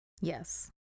Yes